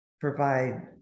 provide